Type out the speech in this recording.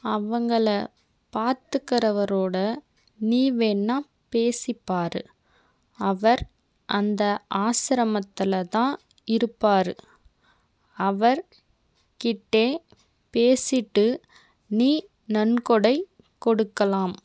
அவர்கள பார்த்துகிறவரோட நீ வேணால் பேசி பாரு அவர் அந்த ஆஸ்சிரமத்தில் தான் இருப்பாரு அவர் கிட்ட பேசிவிட்டு நீ நன்கொடை கொடுக்கலாம்